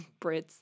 Brits